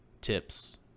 tips